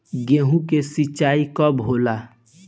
गेहूं के सिंचाई कब होला?